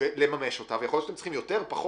ויכול להיות שאתם צריכים יותר או פחות,